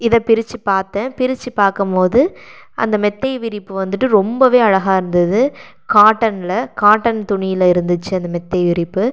இத பிரிச்சு பார்த்தேன் பிரிச்சு பார்க்கும்மோது அந்த மெத்தை விரிப்பு வந்துவிட்டு ரொம்பவே அழகாக இருந்தது காட்டனில் காட்டன் துணியில் இருந்துச்சு அந்த மெத்தை விரிப்பு